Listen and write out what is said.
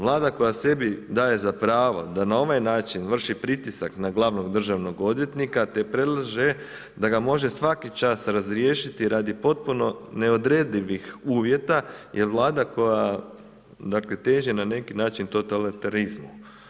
Vlada koja se sebi daje za pravo da na ovaj način vrši pritisak na glavnog državnog odvjetnika te predlaže da ga može svaki čas razriješiti radi potpuno neodredivih uvjeta je Vlada koja teži na neki način totalitarizmu.